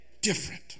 different